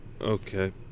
okay